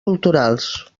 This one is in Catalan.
culturals